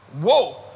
Whoa